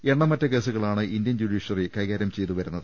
എണ്ണമറ്റ കേസുകളാണ് Indian judiciary കൈകാര്യം ചെയ്തുവരുന്നത്